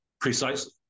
Precisely